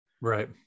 right